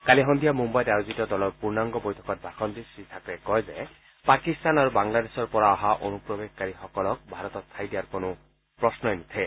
কালি সন্ধিয়া মুৱাইত আয়োজিত দলৰ পূৰ্ণাংগ বৈঠকত ভাষণ দি শ্ৰীথাকৰেই কয় যে পাকিস্তান আৰু বাংলাদেশৰ পৰা অহা অনুপ্ৰৱেশকাৰীসকলক ভাৰতত ঠাই দিয়াৰ কোনো প্ৰশ্নই নুঠে